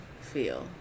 feel